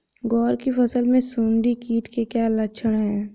ग्वार की फसल में सुंडी कीट के क्या लक्षण है?